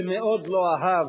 שמאוד לא אהב,